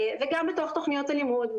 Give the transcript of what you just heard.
וגם בתוך תוכניות הלימוד,